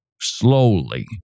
slowly